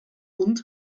und